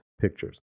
pictures